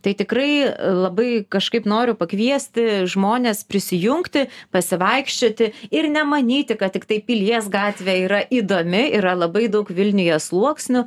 tai tikrai labai kažkaip noriu pakviesti žmones prisijungti pasivaikščioti ir nemanyti kad tiktai pilies gatvė yra įdomi yra labai daug vilniuje sluoksnių